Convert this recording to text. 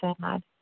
sad